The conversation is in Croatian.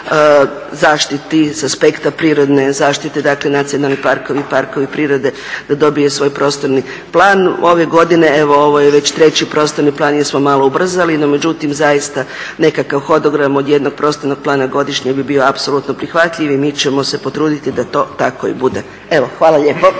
zaštiti s aspekta prirodne zaštite, dakle nacionalni parkovi i parkovi prirode da dobije svoj prostorni plan. Ove godine, evo, ovo je već treći prostorni plan jer smo malo ubrzali, no međutim, zaista nekakav … od jednog prostornog plana godišnje bi bio apsolutno prihvatljiv i mi ćemo se potruditi da to tako i bude. Evo, hvala lijepo.